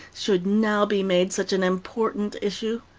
should now be made such an important issue?